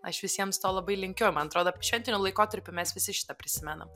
aš visiems to labai linkiu man atrodo šventiniu laikotarpiu mes visi šitą prisimenam